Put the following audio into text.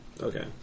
Okay